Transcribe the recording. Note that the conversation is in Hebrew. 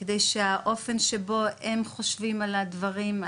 כדי שהאופן שבו הם חושבים על הדברים,